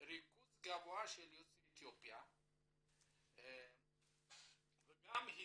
ריכוז גבוה של יוצאי אתיופיה וגם הוא